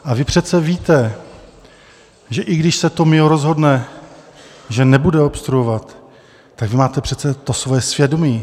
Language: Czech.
A vy přece víte, že i když se Tomio rozhodne, že nebude obstruovat, tak máte přece to svoje svědomí.